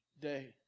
day